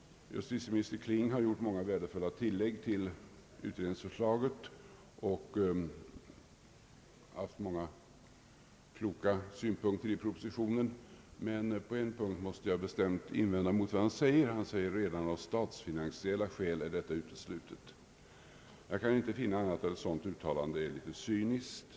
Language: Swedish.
Justitieminister Kling har = gjort många värdefulla tillägg till utredningsförslaget och anfört många kloka synpunkter i propositionen, men på en punkt måste jag bestämt göra invändningar mot vad han säger. Han säger att det redan av statsfinansiella skäl är uteslutet med sådan ersättning. Jag kan inte finna annat än att ett sådant uttalande är litet cyniskt.